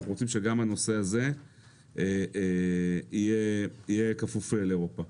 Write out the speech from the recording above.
אנחנו רוצים שגם הנושא הזה יהיה כפוף לאירופה.